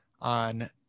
on